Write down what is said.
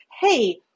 hey